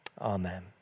Amen